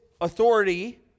authority